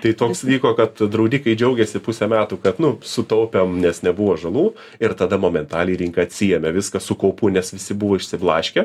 tai toks vyko kad draudikai džiaugėsi pusę metų kad nu sutaupėm nes nebuvo žalų ir tada momentaliai rinka atsiėmė viską su kaupu nes visi buvo išsiblaškę